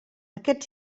aquest